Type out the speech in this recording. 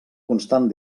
constant